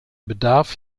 bedarf